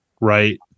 Right